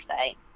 say